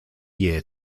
year